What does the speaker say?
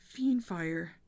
fiendfire